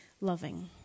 loving